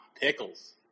Pickles